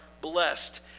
blessed